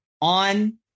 on